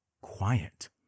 quiet